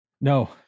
No